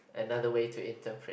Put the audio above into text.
another way to interpret